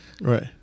Right